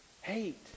hate